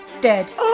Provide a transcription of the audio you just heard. dead